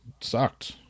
sucked